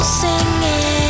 singing